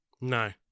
No